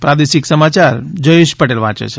પ્રાદેશિક સમાચાર જયેશ પટેલ વાંચે છે